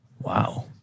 Wow